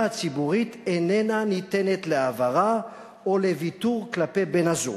הציבורית איננה ניתנת להעברה או לוויתור כלפי בן-הזוג,